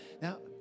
Now